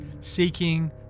seeking